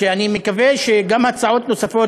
ואני מקווה שגם הצעות נוספות,